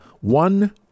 one